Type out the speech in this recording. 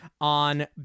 on